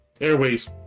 airways